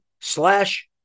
slash